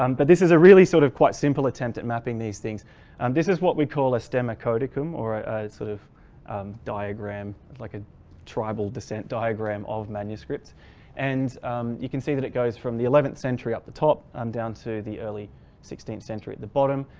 um but this is a really sort of quite simple attempt at mapping these things and this is what we call a stemacodum or a sort of diagram like a tribal descent diagram of manuscripts and you can see that it goes from the eleventh century up the top and um down to the early sixteenth century at the bottom.